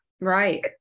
right